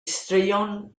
straeon